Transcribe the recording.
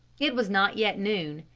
it was not yet noon,